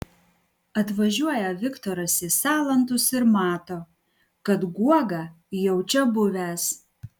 atvažiuoja viktoras į salantus ir mato kad guoga jau čia buvęs